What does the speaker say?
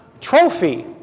trophy